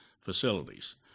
facilities